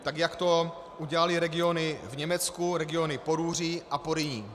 Tak jak to udělaly regiony v Německu, regiony Porúří a Porýní.